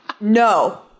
No